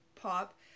pop